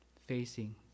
facing